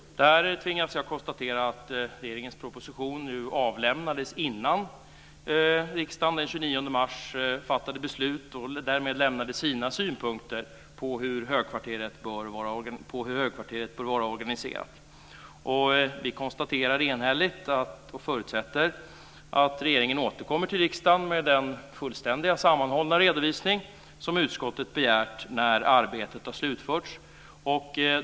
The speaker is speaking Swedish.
Jag tvingas konstatera att regeringens proposition avlämnades innan riksdagen den 29 mars fattade beslut och därmed lämnade sina synpunkter på hur högkvarteret bör vara organiserat. Vi konstaterar enhälligt, och förutsätter, att regeringen återkommer till riksdagen med den fullständiga sammanhållna redovisning som utskottet har begärt när arbetet slutförts.